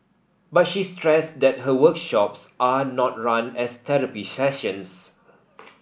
but she stressed that her workshops are not run as therapy sessions